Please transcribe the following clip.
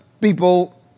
people